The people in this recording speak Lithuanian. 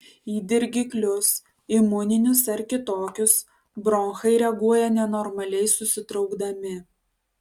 į dirgiklius imuninius ar kitokius bronchai reaguoja nenormaliai susitraukdami